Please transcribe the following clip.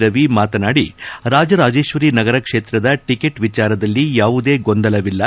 ರವಿ ಮಾತನಾಡಿ ರಾಜರಾಜೇಶ್ವರಿ ನಗರ ಕ್ಷೇತ್ರದ ಟಿಕೆಟ್ ವಿಚಾರದಲ್ಲಿ ಯಾವುದೇ ಗೊಂದಲವಿಲ್ಲ